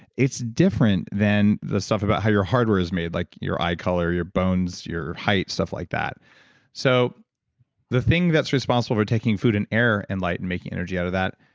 it's different than the stuff about how your hardware's made. like your eye color, your bones, your height, stuff like that so the thing that's responsible for taking food and air and and making energy out of that,